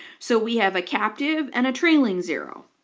so we have a captive and a trailing zero.